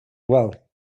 well